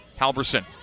Halverson